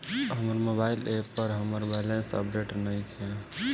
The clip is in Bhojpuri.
हमर मोबाइल ऐप पर हमर बैलेंस अपडेट नइखे